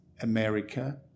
America